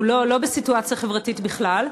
לא בסיטואציה חברתית בכלל.